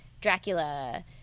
Dracula